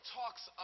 talks